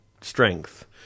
strength